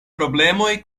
problemoj